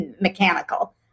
mechanical